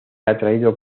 atraído